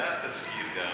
בצדה תזכיר גם